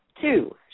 Two